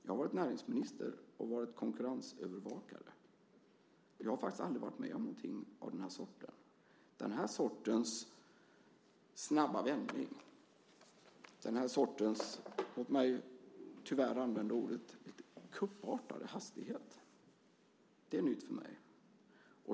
Jag har varit näringsminister och konkurrensövervakare, och jag har faktiskt aldrig varit med om något av det här slaget. Den här sortens snabba vändning, den här sortens, låt mig tyvärr använda ordet "kuppartade", hastighet är något nytt för mig.